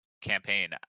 campaign